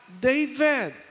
David